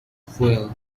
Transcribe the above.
fuel